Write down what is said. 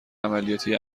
عملیاتی